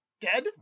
dead